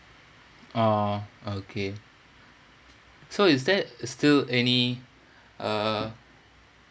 uh okay so is that is still any uh